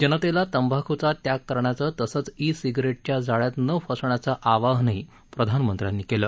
जनतेला तंबाखूचा त्याग करण्याचं तसंच ई सिगारेटच्या जाळ्यात न फसण्याचं ावाहनही प्रधानमंत्र्यांनी केलं